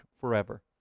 forever